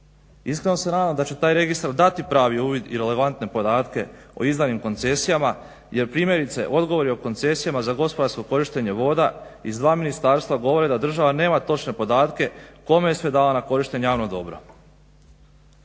Iskreno se nadam da će taj registar dati pravi uvid i relevantne podatke o izdanim koncesijama jer primjerice odgovori o koncesijama za gospodarsko korištenje voda iz dva ministarstva govore da država nema točne podatke kome je sve dala na korištenje javno dobro.